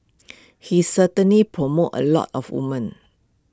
he certainly promoted A lot of woman